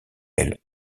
elle